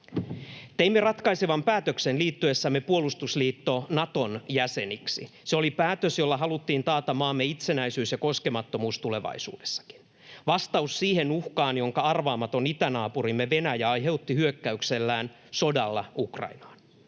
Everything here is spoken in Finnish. Teimme ratkaisevan päätöksen liittyessämme puolustusliitto Naton jäseniksi. Se oli päätös, jolla haluttiin taata maamme itsenäisyys ja koskemattomuus tulevaisuudessakin: vastaus siihen uhkaan, jonka arvaamaton itänaapurimme Venäjä aiheutti hyökkäyksellään, sodalla, Ukrainaan.